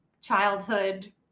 childhood